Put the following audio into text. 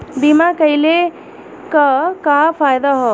बीमा कइले का का फायदा ह?